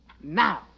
Now